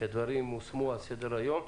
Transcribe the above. כי הדברים הושמו על סדר-היום.